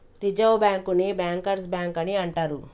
reserve బ్యాంకుని bankers bank అని అంటరు